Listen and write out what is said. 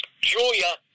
Julia